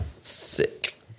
Sick